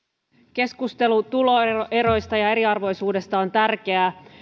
keskustelu tuloeroista ja eriarvoisuudesta on tärkeää